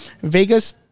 Vegas